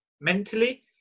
mentally